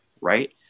right